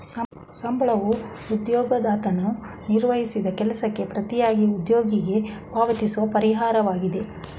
ಸಂಬಳವೂ ಉದ್ಯೋಗದಾತನು ನಿರ್ವಹಿಸಿದ ಕೆಲಸಕ್ಕೆ ಪ್ರತಿಯಾಗಿ ಉದ್ಯೋಗಿಗೆ ಪಾವತಿಸುವ ಪರಿಹಾರವಾಗಿದೆ